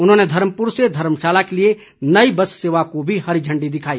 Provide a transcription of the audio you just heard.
उन्होंने धर्मपुर से धर्मशाला के लिए नई बस सेवा को भी हरी झण्डी दिखाई